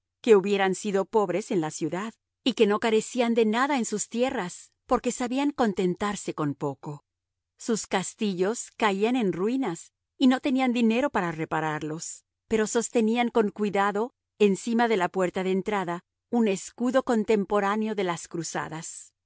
que hubieran sido pobres en la ciudad y que no carecían de nada en sus tierras porque sabían contentarse con poco sus castillos caían en ruinas y no tenían dinero para repararlos pero sostenían con cuidado encima de la puerta de entrada un escudo contemporáneo de las cruzadas